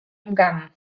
umgangen